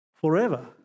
forever